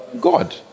God